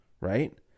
right